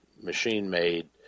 machine-made